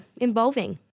involving